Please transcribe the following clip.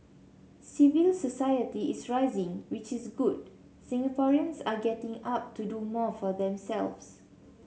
civil society is rising which is good Singaporeans are getting up to do more for themselves